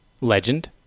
Legend